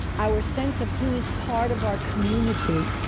our sense of who is part of our community